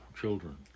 children